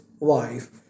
life